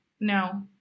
no